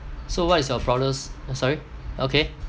so what is your proudest uh sorry okay